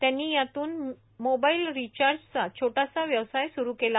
त्यांनी यातून मोबाईल रिचार्जचा छोटासा व्यवसाय स्रु केला